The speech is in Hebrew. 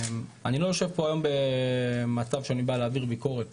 אני לא יושב פה היום במצב שאני בא להעביר ביקורת